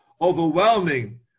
overwhelming